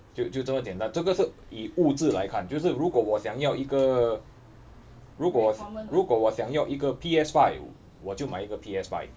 就就这么简单这个是以物质来看就是如果我想要一个如果如果我想要一个 P_S five 我就买一个 P_S five